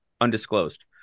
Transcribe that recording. undisclosed